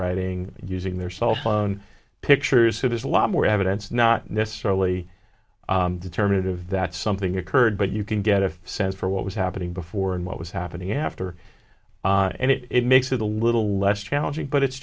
writing using their cell phone pictures so there's a lot more evidence not necessarily determinative that something occurred but you can get a sense for what was happening before and what was happening after and it makes it a little less challenging but it's